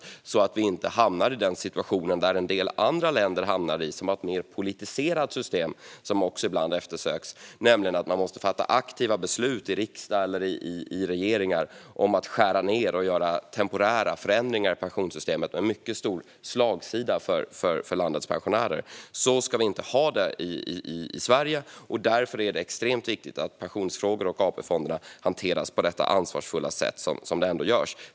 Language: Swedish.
Annars riskerar vi att hamna i den situation som en del andra länder har hamnat i då de har ett mer politiserat system. Något sådant eftersöks ibland även här. Då måste man fatta aktiva beslut i riksdag eller av regeringar om att skära ned och göra temporära förändringar i pensionssystemet med mycket stor slagsida för landets pensionärer. Så ska vi inte ha det i Sverige. Därför är det extremt viktigt att pensionsfrågor och AP-fonderna hanteras på det ansvarsfulla sätt som nu görs.